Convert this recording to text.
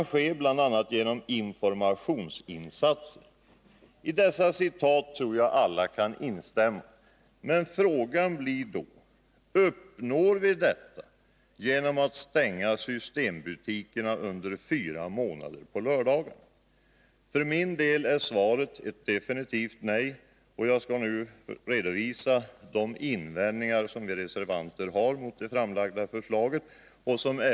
Detta kan bl.a. ske genom informationsinsatser.” I dessa citat tror jag alla kan instämma. Men frågan blir då: Uppnår vi detta genom att under fyra månader stänga systembutikerna på lördagarna? För min del är svaret ett definitivt nej, och jag skall nu redovisa de invändningar som vi reservanter har mot det framlagda förslaget.